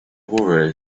worry